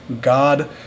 God